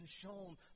shown